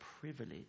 privilege